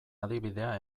adibidea